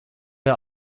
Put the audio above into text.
wir